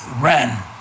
ran